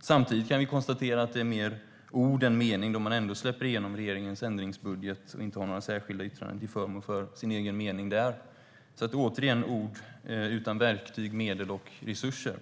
Samtidigt kan vi konstatera att det är mer ord än mening, då man släpper igenom regeringens ändringsbudget och inte har några särskilda yttranden till förmån för sin egen mening. Det är återigen ord utan verktyg, medel och resurser.